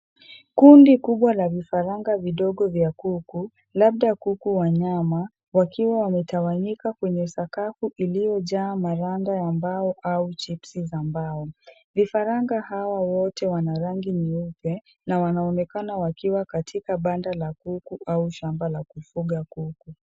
Kundi kubwa la vifaranga vidogo vya kuku, labda kuku wa nyama, wakiwa wametawanyika kwenye sakafu iliyojaa maranda ya mbao au chipsi za mbao. Vifaranga hawa wote wana rangi nyeupe na wanaonekana wakiwa katika banda la kuku au shamba la kufuga kuku.